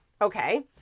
okay